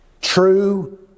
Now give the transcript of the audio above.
true